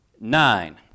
Nine